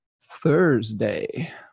Thursday